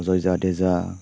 Ajay Jadeja